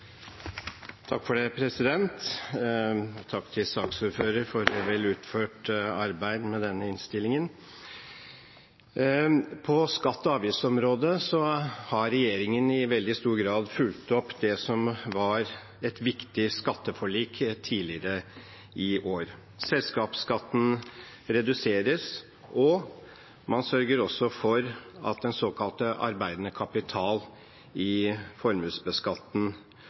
Takk til saksordføreren for vel utført arbeid med denne innstillingen. På skatte- og avgiftsområdet har regjeringen i veldig stor grad fulgt opp det som var et viktig skatteforlik tidligere i år. Selskapsskatten reduseres, og man sørger også for at den såkalte arbeidende kapital i